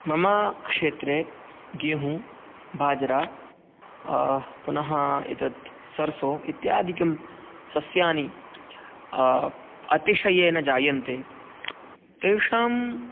मम क्षेत्रे गेहू बाजरा पुनः एतत् सर्सो इत्यादिकं सस्यानि अतिशयेन जायन्ते तेषां